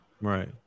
Right